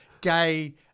gay